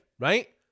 Right